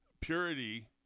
purity